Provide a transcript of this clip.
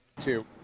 Two